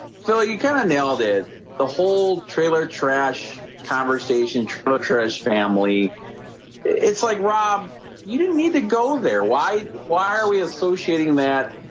you kind of nailed it the whole trailer trash conversation treacherous family it's like rob you didn't need to go there. why why are we associating that?